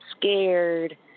scared